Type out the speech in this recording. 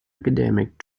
academic